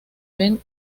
ven